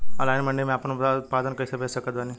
Online मंडी मे आपन उत्पादन कैसे बेच सकत बानी?